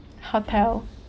hotel